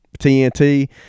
TNT